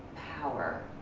power.